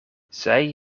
zij